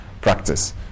practice